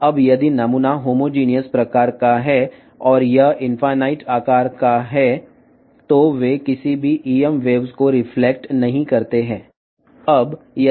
ఇప్పుడు నమూనా సజాతీయ రకానికి చెందినది మరియు అది అనంతమైన పరిమాణంలో ఉంటే అప్పుడు అవి ఏ EM తరంగాలను ప్రతిబింబించవు